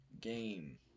game